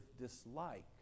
dislike